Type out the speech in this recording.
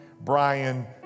Brian